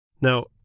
Now